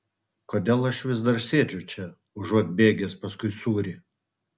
kodėl aš vis dar sėdžiu čia užuot bėgęs paskui sūrį